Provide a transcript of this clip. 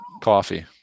coffee